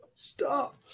Stop